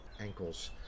ankles